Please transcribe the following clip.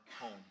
home